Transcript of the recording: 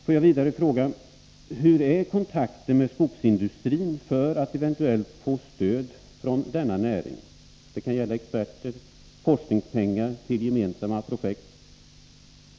Får jag vidare fråga: Hur är kontakten med skogsindustrin för att eventuellt få stöd från denna näring? Det kan gälla experter och forskningspengar för gemensamma projekt.